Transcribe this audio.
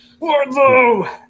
Wardlow